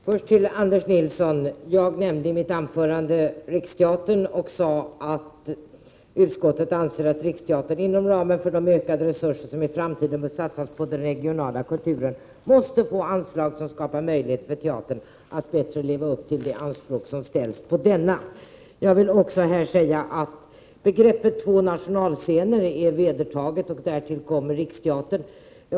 Herr talman! Först till Anders Nilsson. Jag nämnde i mitt anförande Riksteatern och sade: ”Utskottet anser att Riksteatern inom ramen för de ökade resurser som i framtiden bör satsas på den regionala kulturen måste få anslag som skapar möjligheter för teatern att bättre leva upp till de anspråk som ställs på den.” Jag vill här också säga att begreppet två nationalscener är vedertaget; därtill kommer Riksteatern.